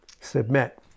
Submit